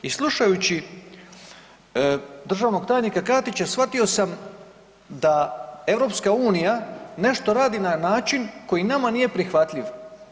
U slušajući državnog tajnika Katića shvatio sam da EU nešto radi na način koji nama nije prihvatljiv.